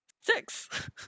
six